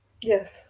yes